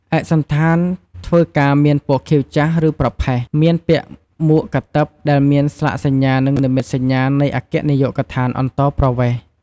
ឯកសណ្ឋានធ្វើការមានពណ៌ខៀវចាស់ ឬប្រផេះ មានពាក់មួកកាតិបដែលមានស្លាកសញ្ញានិងនិមិត្តសញ្ញានៃអគ្គនាយកដ្ឋានអន្តោប្រវេសន៍។